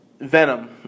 Venom